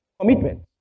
Commitment